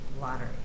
lottery